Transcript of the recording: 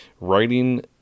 writing